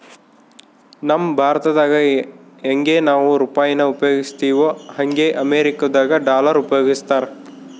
ನಮ್ ಭಾರತ್ದಾಗ ಯಂಗೆ ನಾವು ರೂಪಾಯಿನ ಉಪಯೋಗಿಸ್ತಿವೋ ಹಂಗೆ ಅಮೇರಿಕುದಾಗ ಡಾಲರ್ ಉಪಯೋಗಿಸ್ತಾರ